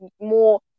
more